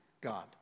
God